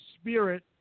spirit